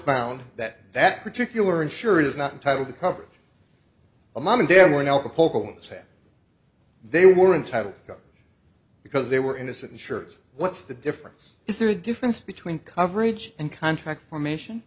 found that that particular insurer is not entitled to cover a mom and dad when al capone said they were entitled because they were innocent shirts what's the difference is there a difference between coverage and contract formation